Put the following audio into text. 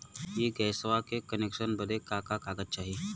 इ गइसवा के कनेक्सन बड़े का का कागज चाही?